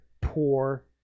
poor